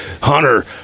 Hunter